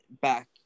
back